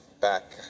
back